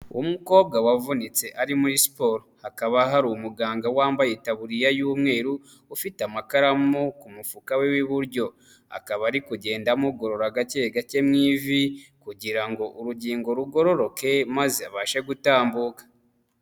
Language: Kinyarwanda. Umukobwa wavunitse ari muri siporo hakaba hari umuganga wambaye itabuririya y'umweru, ufite amakaramu ku mufuka we w'iburyo, akaba ari kugenda amugorora gake gake mu ivi kugira ngo urugingo rugororoke maze abashe gutambuka.